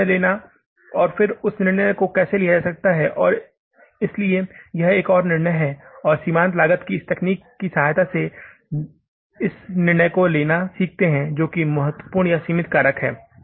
फिर हमें निर्णय लेना है और उस निर्णय को कैसे लिया जा सकता है इसलिए यह एक और निर्णय है और हम सीमांत लागत की इस तकनीक की सहायता से लेना सीखते हैं जो कि महत्वपूर्ण या सीमित कारक है